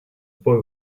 boy